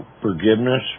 forgiveness